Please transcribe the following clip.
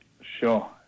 sure